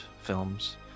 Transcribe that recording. films